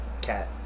Cat